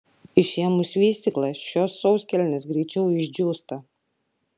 išėmus vystyklą šios sauskelnės greičiau išdžiūsta